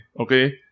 Okay